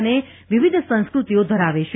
અને વિવિધ સંસ્કૃતિઓ ધરાવે છે